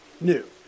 new